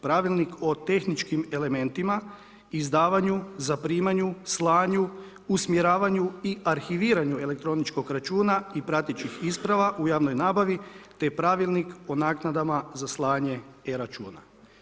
Pravilnik o tehničkim elementima, izdavanju, zaprimanju, slanju, usmjeravanju i arhiviranju elektroničkog računa i pratećih isprava u javnoj nabavi te Pravilnik o naknadama za slanje e-računa.